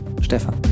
Stefan